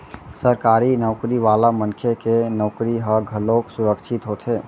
सरकारी नउकरी वाला मनखे के नउकरी ह घलोक सुरक्छित होथे